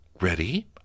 ready